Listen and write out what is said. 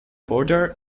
border